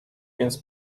więc